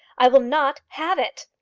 i will not have it.